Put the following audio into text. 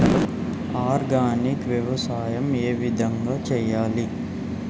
Organic వ్యవసాయం ఏ విధంగా చేయాలి?